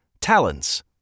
Talents